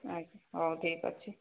ଆଜ୍ଞା ହଉ ଠିକ ଅଛି